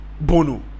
bono